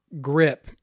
grip